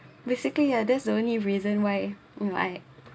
basically ya that's the only reason why am I